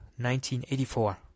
1984